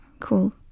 cool